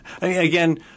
Again